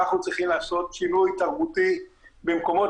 אנחנו צריכים לעשות שינוי תרבותי במקומות